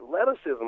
athleticism